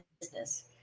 business